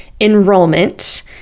enrollment